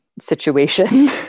situation